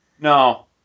No